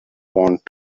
want